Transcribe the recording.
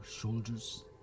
shoulders